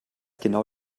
genau